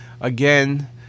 again